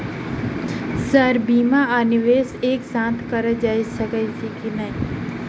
Sir बीमा आ निवेश एक साथ करऽ सकै छी की न ई?